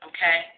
Okay